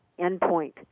endpoint